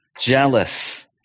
jealous